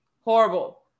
Horrible